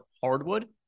hardwood